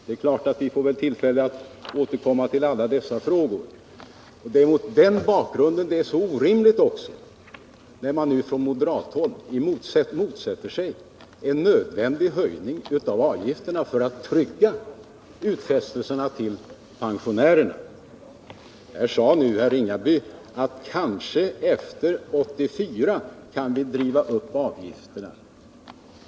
Mot denna bakgrund är det minst sagt uppseendeväckande att man nu från moderat håll motsätter sig en nödvändig höjning av avgifterna för att trygga utfästelserna till pensionärerna. Här sade nu Per-Eric Ringaby att kanske efter 1984 kan vi driva upp avgifterna.